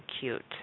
cute